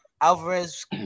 Alvarez